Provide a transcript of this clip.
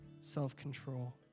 self-control